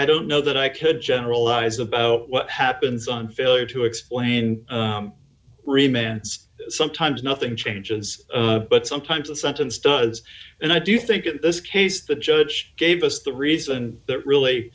i don't know that i could generalize about what happens on failure to explain remains sometimes nothing changes but sometimes it sometimes does and i do think in this case the judge gave us the reason that really